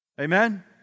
Amen